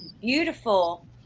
beautiful